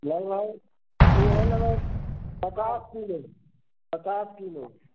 लगभग ओहो लेबै पचास किलो पचास किलो